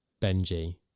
Benji